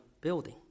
building